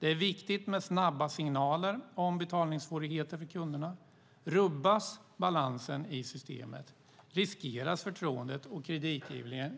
Därför är det viktigt med snabba signaler om betalningssvårigheter för kunderna. Rubbas balansen i systemet riskeras förtroendet och kreditgivning